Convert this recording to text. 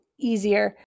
easier